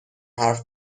حرف